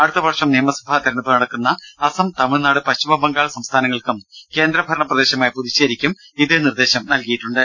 അടുത്തവർഷം നിയമസഭാ തിരഞ്ഞെടുപ്പ് നടക്കുന്ന അസം തമിഴ്നാട് പശ്ചിമ ബംഗാൾ സംസ്ഥാനങ്ങൾക്കും കേന്ദ്രഭരണ പ്രദേശമായ പുതുച്ചേരിക്കും ഇതേ നിർദ്ദേശം നൽകിയിട്ടുണ്ട്